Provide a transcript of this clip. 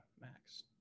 max